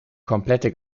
komplette